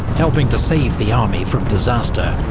helping to save the army from disaster.